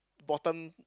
bottom